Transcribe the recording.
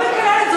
אני לא מקללת.